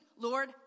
Lord